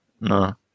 no